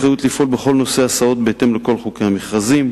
אחריות לפעול בכל נושא ההסעות בהתאם לכל חוקי המכרזים,